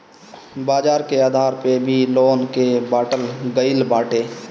बाजार के आधार पअ भी लोन के बाटल गईल बाटे